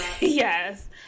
yes